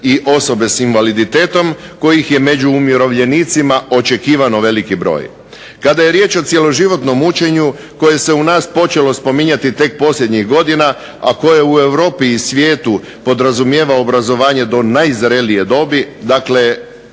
i osobe sa invaliditetom kojih je među umirovljenicima očekivano veliki broj. Kada je riječ o cjeloživotnom učenju koje se u nas počelo spominjati tek posljednjih godina, a koje u Europi i svijetu podrazumijeva obrazovanje do najzrelije dobi, dakle